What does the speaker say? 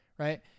Right